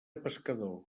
pescador